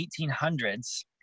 1800s